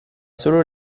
solo